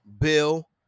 Bill